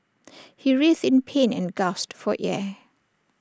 he writhed in pain and gasped for air